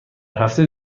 هفته